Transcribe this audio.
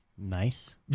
Nice